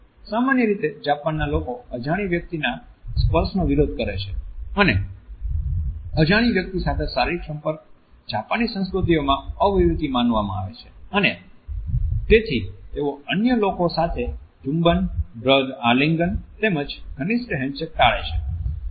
સામાન્ય રીતે જાપાનના લોકો અજાણી વ્યક્તિના સ્પર્શનો વિરોધ કરે છે અને અજાણી વ્યક્તિ સાથે શારીરિક સંપર્ક જાપાની સંસ્કૃતિમાં અવિવેકી માનવામાં આવે છે અને તેથી તેઓ અન્ય લોકો સાથે ચુંબન દ્રઢ આલિંગન તેમજ ઘનિષ્ઠ હેન્ડશેક ટાળે છે